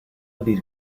bir